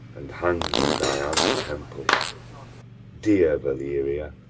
and hangs on dian's temple dear valeria!